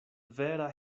vera